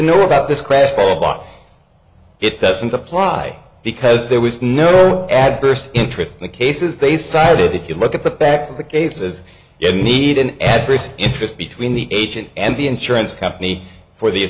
know about this quest bot it doesn't apply because there was no adverse interest the cases they cited if you look at the facts of the cases you need an adverse interest between the agent and the insurance company for the